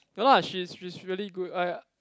no lah she's she's really good I